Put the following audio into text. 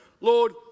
Lord